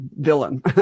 villain